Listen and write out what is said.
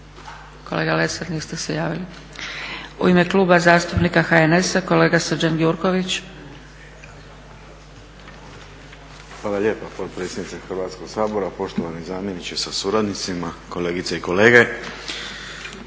Kolega Lesar, niste se javili. U ime Kluba zastupnika HNS-a kolega Srđan Gjurković. **Gjurković, Srđan (HNS)** Hvala lijepa potpredsjednice Hrvatskog sabora, poštovani zamjeniče sa suradnicima, kolegice i kolege.